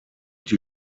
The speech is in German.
die